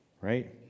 Right